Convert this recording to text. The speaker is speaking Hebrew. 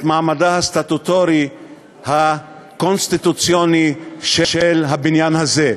את המעמד הסטטוטורי הקונסטיטוציוני של הבניין הזה.